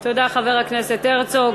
תודה, חבר הכנסת הרצוג.